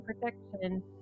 protection